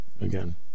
again